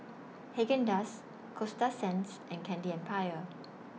Haagen Dazs Coasta Sands and Candy Empire